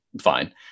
fine